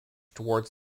towards